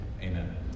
amen